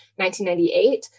1998